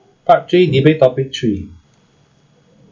part three debate topic three